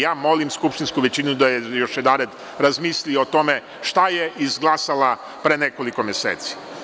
Ja molim skupštinsku većinu da još jedared razmisli o tome šta je izglasala pre nekoliko meseci.